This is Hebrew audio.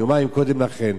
יומיים קודם לכן,